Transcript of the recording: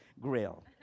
grill